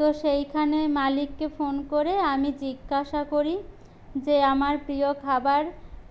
তো সেইখানে মালিককে ফোন করে আমি জিজ্ঞাসা করি যে আমার প্রিয় খাবার